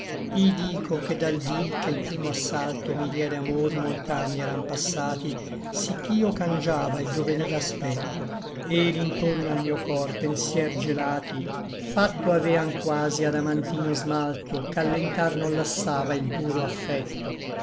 dico che dal dí che l primo assalto mi diede amor molt'anni eran passati sí ch'io cangiava il giovenil aspetto e d'intorno al mio cor pensier gelati facto avean quasi adamantino smalto ch'allentar non lassava il duro affetto